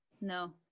No